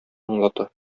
аңлата